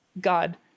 god